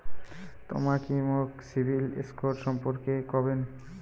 তমা কি মোক সিবিল স্কোর সম্পর্কে কবেন?